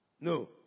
No